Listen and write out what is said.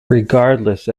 regardless